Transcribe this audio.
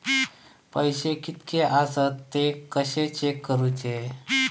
पैसे कीतके आसत ते कशे चेक करूचे?